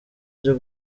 ryo